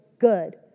good